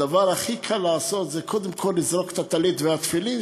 הדבר הכי קל לעשות זה קודם כול לזרוק את הטלית והתפילין,